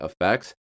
effects